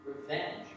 revenge